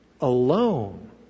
alone